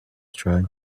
tried